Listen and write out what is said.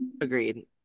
agreed